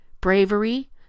bravery